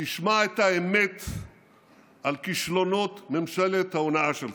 תשמע את האמת על כישלונות ממשלת ההונאה שלך.